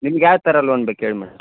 ನಿಮ್ಗ ಯಾವ ಥರ ಲೋನ್ ಬೇಕು ಹೇಳಿ ಮೇಡಮ್